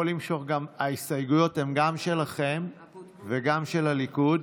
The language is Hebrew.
ההסתייגויות הן גם שלכם וגם של הליכוד.